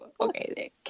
Okay